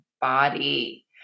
body